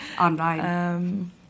Online